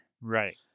Right